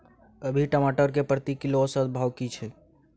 अभी टमाटर के प्रति किलो औसत भाव की छै?